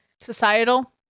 societal